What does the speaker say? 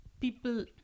people